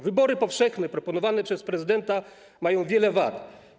Wybory powszechne proponowane przez prezydenta mają wiele wad.